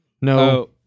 no